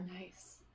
nice